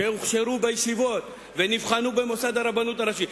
שהוכשרו בישיבות ונבחנו במוסד הרבנות הראשית,